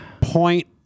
Point